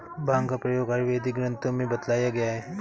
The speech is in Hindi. भाँग का प्रयोग आयुर्वेदिक ग्रन्थों में बतलाया गया है